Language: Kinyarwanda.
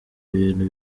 bintu